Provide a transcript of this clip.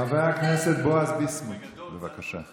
חבר הכנסת בועז ביסמוט, בבקשה.